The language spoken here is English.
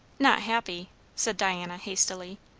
not happy said diana hastily.